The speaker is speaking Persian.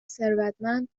ثروتمند